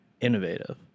innovative